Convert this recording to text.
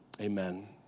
amen